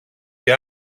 και